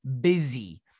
busy